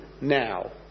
now